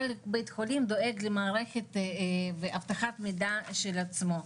כל בית חולים דואג למערכת ואבטחת מידע של עצמו.